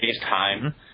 time